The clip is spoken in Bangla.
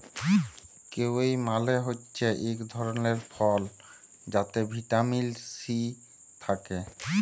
কিউই মালে হছে ইক ধরলের ফল যাতে ভিটামিল সি থ্যাকে